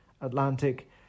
atlantic